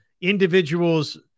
individuals